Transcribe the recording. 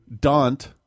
daunt